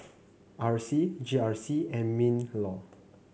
R C G R C and Minlaw